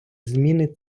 зміни